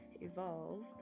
evolved